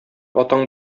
атаң